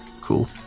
cool